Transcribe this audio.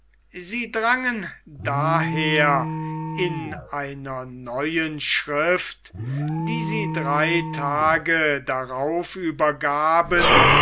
sie drangen daher in einer neuen schrift die sie drei tage darauf übergaben